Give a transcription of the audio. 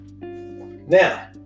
Now